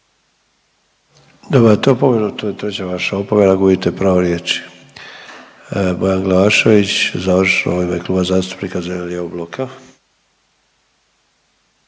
Dobivate opomenu. To je treća vaša opomena, gubite pravo riječi. Bojan Glavašević završno u ime Kluba zastupnika Zeleno-lijevog bloka.